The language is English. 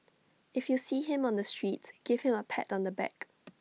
if you see him on the streets give him A pat on the back